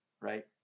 Right